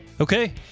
Okay